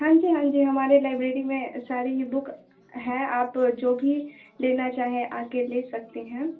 हाँ जी हाँ जी हमारे लाइब्रेरी में सारे ही बुक हैं आप जो भी लेना चाहें आ कर ले सकती हैं